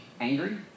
angry